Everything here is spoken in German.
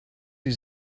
sie